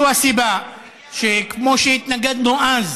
זו הסיבה שכמו שהתנגדנו אז,